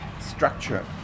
structure